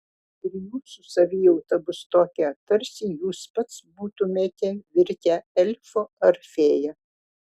ir jūsų savijauta bus tokia tarsi jūs pats būtumėte virtę elfu ar fėja